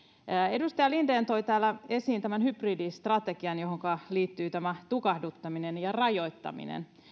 edustaja linden toi täällä esiin tämän hybridistrategian johonka liittyy tukahduttaminen ja rajoittaminen